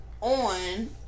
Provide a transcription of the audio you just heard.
on